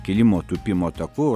kilimo tūpimo taku